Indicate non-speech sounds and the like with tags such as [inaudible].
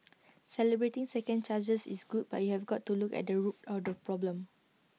[noise] celebrating second chances is good but you have got to look at the root of the [noise] problem